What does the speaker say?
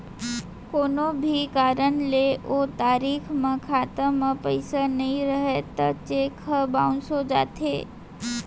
कोनो भी कारन ले ओ तारीख म खाता म पइसा नइ रहय त चेक ह बाउंस हो जाथे